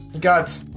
got